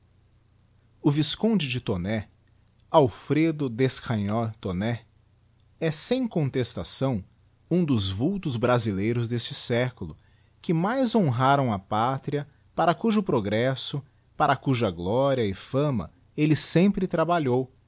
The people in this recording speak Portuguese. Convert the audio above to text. o visconde de taunay alfredo d escragnole taunay é sem contestação um dos vultos brasileiros deste século que mais honraram a pátria para cujo progresso para cuja gloria e fama elle sempre trabalhou